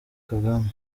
kagame